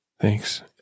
Thanks